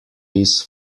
his